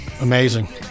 Amazing